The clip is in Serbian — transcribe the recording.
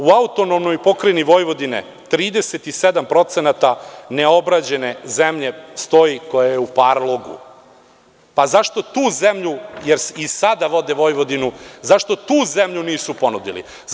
U AP Vojvodini je 37% neobrađene zemlje, stoji koja je u parlogu, zašto tu zemlju, jer i sada vode Vojvodinu, zašto tu zemlju nisu ponudili?